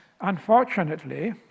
Unfortunately